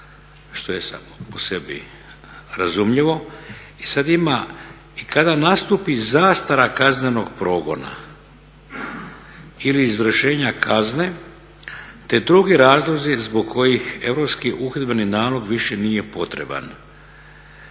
što je samo po sebi razumljivo. I sad ima, i kada nastupi zastara kaznenog progona ili izvršenja kazne te drugi razlozi zbog kojih Europski uhidbeni nalog više nije potreban.